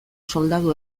soldadu